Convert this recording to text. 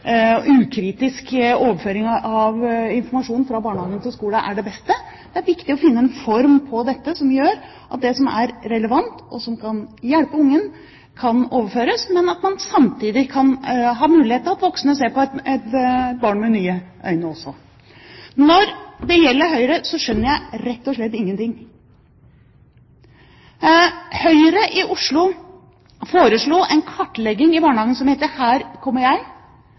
mulig ukritisk overføring av informasjon fra barnehage til skole er det beste. Det er viktig å finne en form på dette som gjør at det som er relevant, og som kan hjelpe barnet, kan overføres, men at voksne samtidig kan ha mulighet til å se på et barn med nye øyne også. Når det gjelder Høyre, skjønner jeg rett og slett ingen ting. Høyre i Oslo foreslo en kartlegging i barnehagen som heter «Her kommer jeg